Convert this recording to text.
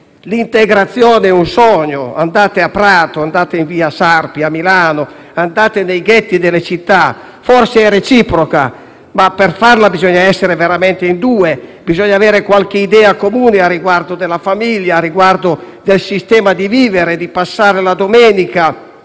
L'integrazione è un sogno: andate a Prato, andate in via Sarpi a Milano, andate nei ghetti delle città. Forse è reciproca, ma per farla bisogna essere veramente in due; bisogna avere qualche idea comune al riguardo della famiglia, del sistema di vita e di come passare la domenica,